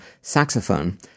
saxophone